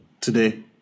today